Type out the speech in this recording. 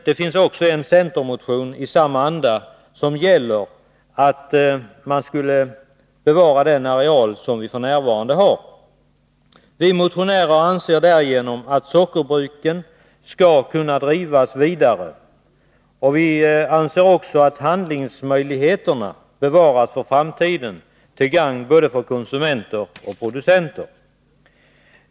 Det finns också en centermotion i samma anda som gäller att man skulle bevara den areal som vi f. n. har. Vi motionärer anser att sockerbruken skall kunna drivas vidare. Vi anser också att handlingsmöjligheterna därigenom bevaras för framtiden, till gagn för både konsumenter och producenter.